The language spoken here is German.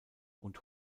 und